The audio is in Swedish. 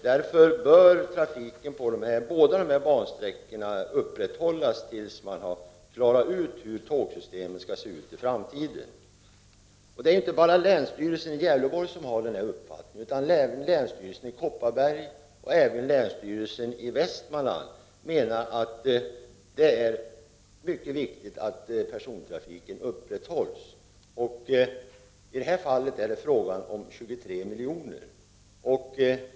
Därför bör trafiken på båda dessa bansträckor upprätthållas tills man har klarat ut hur tågsystemet skall se ut i framtiden. Det är inte bara länsstyrelsen i Gävleborg som har denna uppfattning. Även länsstyrelserna i Kopparberg och i Västmanland menar att det är mycket viktigt att persontrafiken upprätthålls. I detta fall är det fråga om 23 miljoner.